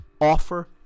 offer